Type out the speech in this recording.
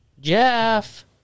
Jeff